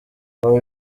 ubu